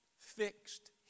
Fixed